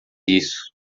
isso